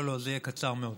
לא, זה יהיה קצר מאוד.